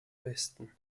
westen